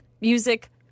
music